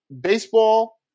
baseball